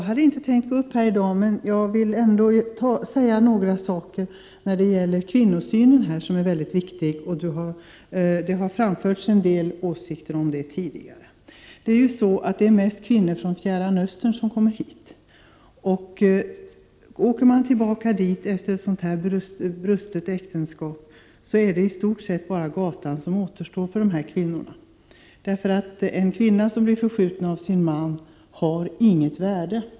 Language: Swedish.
Herr talman! Jag vill säga några ord om kvinnosynen, som är mycket viktig. Det har framförts en del åsikter om den tidigare. Det är främst kvinnor från Fjärran Östern som kommer hit. Om kvinnorna åker tillbaka dit efter ett sådant här brutet äktenskap, är det i stort sett bara gatan som återstår för dem. En kvinna som blir förskjuten av sin man har nämligen inget värde.